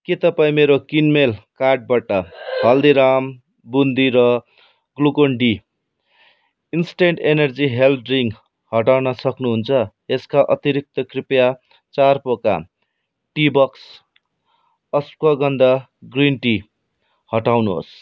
के तपाईँ मेरो किनमेल कार्टबाट हल्दीराम बुन्दी र Glucon D instant energy health drink हटाउन सक्नुहुन्छ यसका अतिरिक्त कृपया चार पोका tea box ashwagandha green tea हटाउनुहोस्